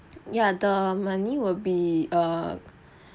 ya the money will be err